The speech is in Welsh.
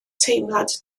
teimlad